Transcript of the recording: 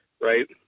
right